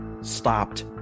stopped